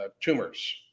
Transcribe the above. tumors